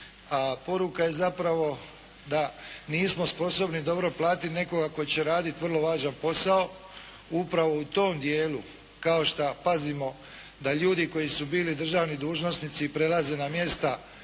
a poruka je zapravo da nismo sposobni dobro platiti nekoga tko će raditi vrlo važan posao upravo u tom dijelu kao šta pazimo da ljudi koji su bili državni dužnosnici prelaze na mjesta